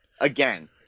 again